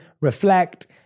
reflect